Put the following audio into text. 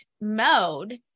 mode